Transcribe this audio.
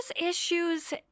issues